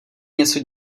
něco